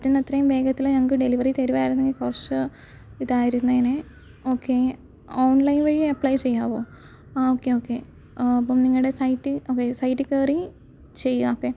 പറ്റുന്നത്രയും വേഗത്തിൽ ഞങ്ങൾക്ക് ഡെലിവറി തരുവാണെങ്കിൽ കുറച്ച് ഇതായിരുന്നേനെ ഓക്കേ ഓൺലൈൻ വഴി അപ്ലൈ ചെയ്യാവോ ആ ഓക്കേ ഓക്കേ അപ്പം നിങ്ങളുടെ സൈറ്റ് ഓക്കെ സൈറ്റിക്കയറി ചെയ്യാം ഓക്കേ